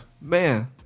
Man